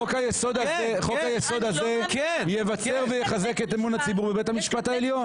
חוק היסוד הזה יבצר ויחזק את אמון הציבור בבית המשפט העליון.